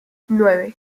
nueve